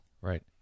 Right